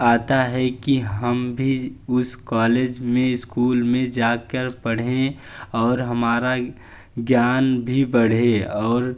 आता है कि हम भी उस कॉलेज में स्कूल में जा कर पढ़ें और हमारा ज्ञान भी बढ़े और